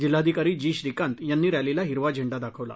जिल्हाधिकारी जी श्रीकांत यांनी रॅलीला हिरवा झेंडा दाखवला